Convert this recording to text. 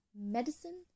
medicine